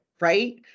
Right